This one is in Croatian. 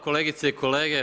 Kolegice i kolege.